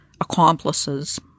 accomplices